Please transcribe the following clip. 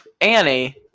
Annie